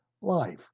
life